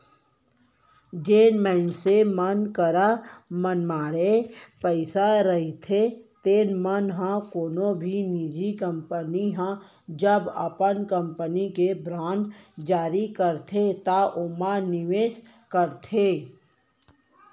जेन मनसे मन करा मनमाड़े पइसा रहिथे तेन मन ह कोनो भी निजी कंपनी ह जब अपन कंपनी के बांड जारी करथे त ओमा निवेस करथे